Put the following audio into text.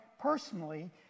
personally